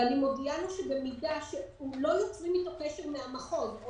ואני מודיעה לו שבמידה שלא יוצרים איתו קשר מהמחוז או